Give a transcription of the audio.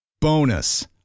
Bonus